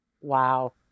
Wow